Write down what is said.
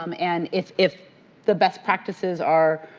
um and, if if the best practices are